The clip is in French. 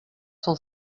cent